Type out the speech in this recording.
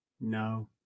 No